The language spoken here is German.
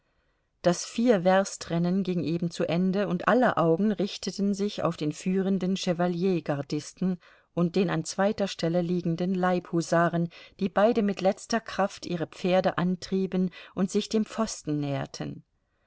das vier werst rennen ging eben zu ende und aller augen richteten sich auf den führenden chevaliergardisten und den an zweiter stelle liegenden leibhusaren die beide mit letzter kraft ihre pferde antrieben und sich dem pfosten näherten